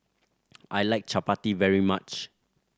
I like Chapati very much